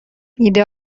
ایده